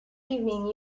evening